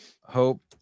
hope